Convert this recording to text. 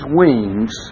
wings